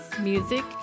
music